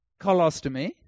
Colostomy